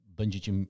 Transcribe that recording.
będziecie